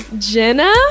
Jenna